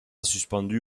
suspendue